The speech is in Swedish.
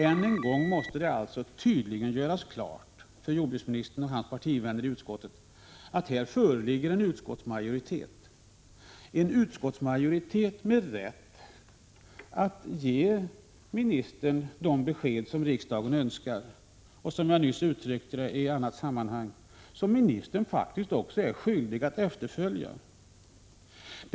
Än en gång måste det tydligen göras klart för jordbruksministern och hans partivänner i utskottet att det här föreligger en utskottsmajoritet — en utskottsmajoritet med rätt att ge ministern de besked som riksdagen önskar. Som jag nyss sade i 53 ett annat sammanhang är ministern faktiskt skyldig att efterfölja detta.